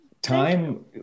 time